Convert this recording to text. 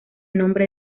nombre